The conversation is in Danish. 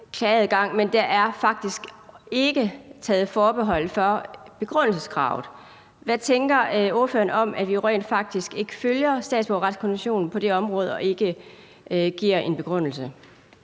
men der er faktisk ikke taget forbehold for begrundelseskravet? Hvad tænker ordføreren om, at vi jo rent faktisk ikke følger statsborgerretskonventionen på det område ved ikke at give en begrundelse?